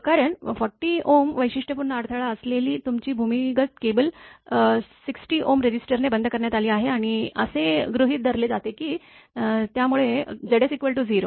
कारण 40 वैशिष्ट्यपूर्ण अडथळा असलेली तुमची भूमिगत केबल 60 रेझिस्टर ने बंद करण्यात आली आहे असे गृहीत धरले जाते त्यामुळे Zs 0